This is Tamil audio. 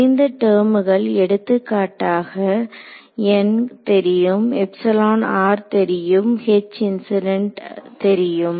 தெரிந்த டெர்முகள் எடுத்துக்காட்டாக தெரியும் தெரியும் இன்சிடென்ட் தெரியும்